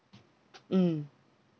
mm